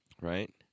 Right